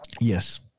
Yes